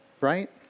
Right